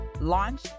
launch